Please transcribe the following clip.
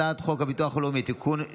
הצעת חוק הביטוח הלאומי (תיקון,